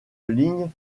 ligne